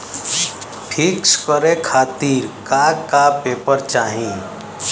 पिक्कस करे खातिर का का पेपर चाही?